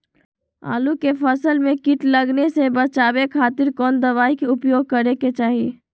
आलू के फसल में कीट लगने से बचावे खातिर कौन दवाई के उपयोग करे के चाही?